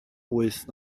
wyth